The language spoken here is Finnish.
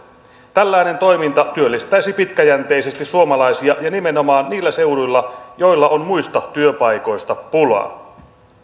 tällainen toiminta työllistäisi pitkäjänteisesti suomalaisia ja nimenomaan niillä seuduilla joilla on muista työpaikoista pulaa